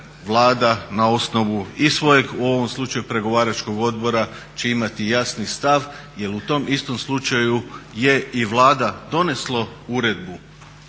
vlada na osnovu i svojeg u ovom slučaju pregovaračkog odbora će imati jasni stav. Jer u tom istom slučaju je i Vlada donesla uredbu